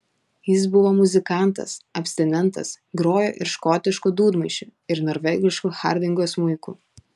jis buvo muzikantas abstinentas grojo ir škotišku dūdmaišiu ir norvegišku hardingo smuiku